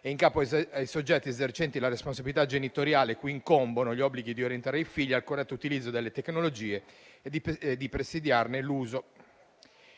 e in capo ai soggetti esercenti la responsabilità genitoriale, cui incombono gli obblighi di orientare i figli al corretto utilizzo delle tecnologie e di presidiarne l'uso.